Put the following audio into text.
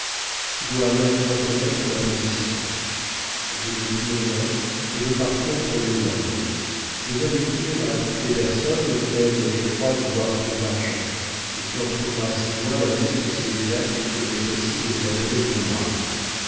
tu dois maintenant connaître ma position je n'ai plus rien et veux partir pour les indes je viens d'écrire à toutes les personnes auxquelles je crois devoir quelque argent et tu en trouveras ci-joint la liste aussi exacte qu'il m'est possible de la donner de mémoire